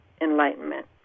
enlightenment